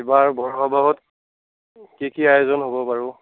এইবাৰ বৰসবাহত কি কি আয়োজন হ'ব বাৰু